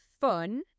fun